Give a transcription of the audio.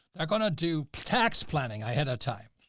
they're going to do tax planning. i had a time,